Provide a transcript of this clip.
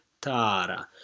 Tara